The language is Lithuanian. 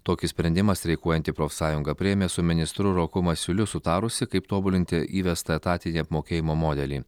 tokį sprendimą streikuojanti profsąjunga priėmė su ministru roku masiuliu sutarusi kaip tobulinti įvestą etatinį apmokėjimo modelį